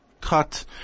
cut